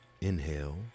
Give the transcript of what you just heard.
inhale